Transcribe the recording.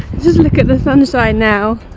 just look at the sunshine now!